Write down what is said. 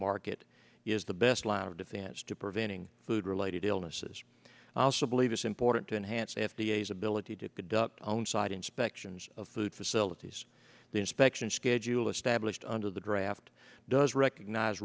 market is the best line of defense to preventing food related illnesses alsa believe it's important to enhance f d a is ability to conduct own side inspections of food facilities the inspection schedule established under the draft does recognize